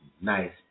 nice